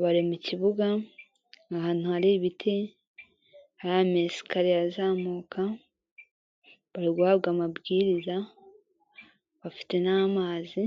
bari mu kibuga ahantu hari ibiti, hari amesikariye azamuka, bari guhabwa amabwiriza bafite n'amazi.